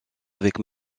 avec